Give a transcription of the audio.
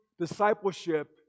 discipleship